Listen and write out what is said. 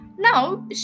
Now